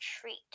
treat